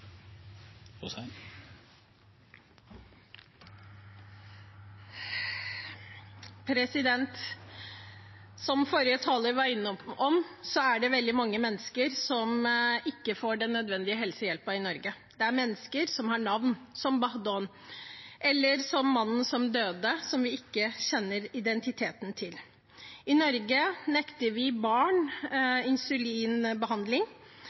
det veldig mange mennesker som ikke får nødvendig helsehjelp i Norge. Det er mennesker som har navn, som Badhon, eller som mannen som døde, som vi ikke kjenner identiteten til. I Norge nekter vi barn